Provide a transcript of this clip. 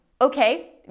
Okay